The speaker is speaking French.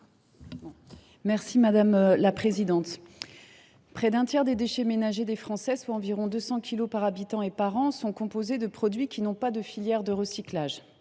l’amendement n° I 449. Près d’un tiers des déchets ménagers des Français, soit environ 200 kilogrammes par habitant et par an, sont composés de produits qui n’ont pas de filière de recyclage.